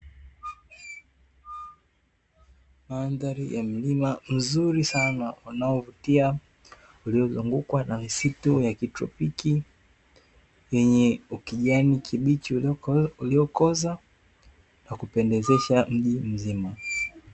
Mandhari ya mlima mzuri sana unaovutia, uliozungukwa na misitu ya kitropiki wenye ukijani kibichi uliokoza, na kupendezesha mji mzima.